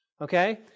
Okay